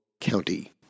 County